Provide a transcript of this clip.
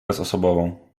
bezosobową